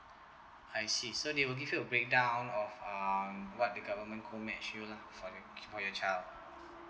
I see so they will give you a breakdown of um what the government co match you lah for the for your child